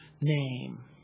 name